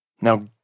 Now